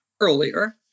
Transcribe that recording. earlier